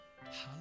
Hallelujah